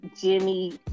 Jimmy